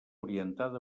orientat